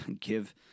give